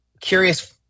Curious